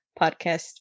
podcast